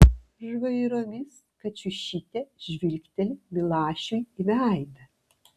žvairomis kačiušytė žvilgteli milašiui į veidą